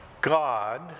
God